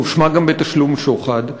היא הואשמה גם בתשלום שוחד,